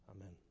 Amen